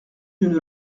d’une